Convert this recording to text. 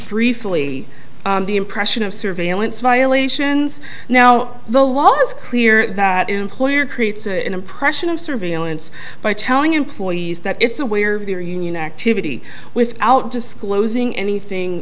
briefly the impression of surveillance violations now the law is clear that employer creates an impression of surveillance by telling employees that it's aware of their union activity without disclosing anything